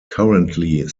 currently